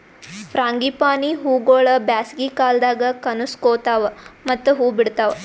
frangipani ಹೂವುಗೊಳ್ ಬ್ಯಾಸಗಿ ಕಾಲದಾಗ್ ಕನುಸ್ಕೋತಾವ್ ಮತ್ತ ಹೂ ಬಿಡ್ತಾವ್